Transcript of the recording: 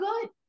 good